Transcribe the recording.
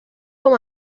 com